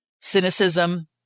cynicism